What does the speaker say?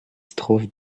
strophes